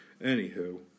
Anywho